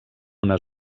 una